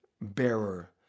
bearer